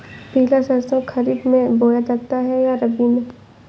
पिला सरसो खरीफ में बोया जाता है या रबी में?